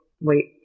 wait